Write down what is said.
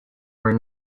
were